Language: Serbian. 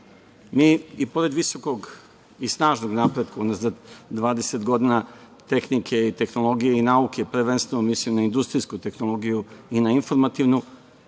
Mi i pored visokog i snažnog napretka unazad 20 godina tehnike, tehnologije i nauke, prvenstveno mislim na industrijsku tehnologiju i na informativnu,